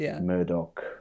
Murdoch